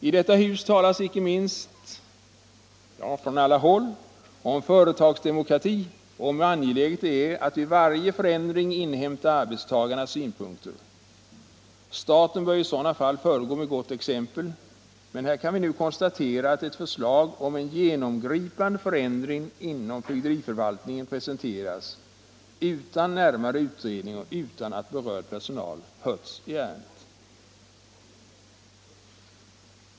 I detta hus talas från alla håll om företagsdemokrati och om hur angeläget det är att vid varje förändring inhämta arbetstagarnas synpunkter. Staten bör ju i sådana fall föregå med gott exempel, men här kan vi nu konstatera att ett förslag om en genomgripande förändring inom fögderiförvaltningen presenteras utan närmare utredning och utan att berörd personal hörts i ärendet.